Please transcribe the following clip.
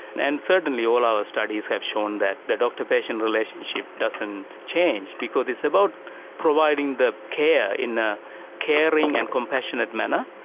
and certainly all our studies have shown that the doctor patient relationship doesn't change because it's about providing the care in a caring and compassionate manner,